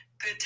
good